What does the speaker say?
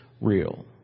real